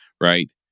Right